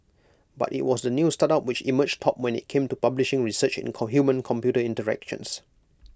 but IT was the new startup which emerged top when IT came to publishing research in humancomputer interactions